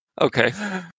Okay